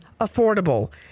affordable